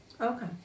Okay